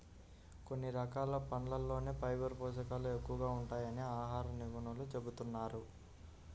కొన్ని రకాల పండ్లల్లోనే ఫైబర్ పోషకాలు ఎక్కువగా ఉంటాయని ఆహార నిపుణులు చెబుతున్నారు